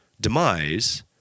demise